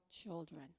children